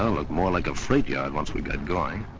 ah looked more like a freight yard once we got going.